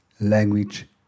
language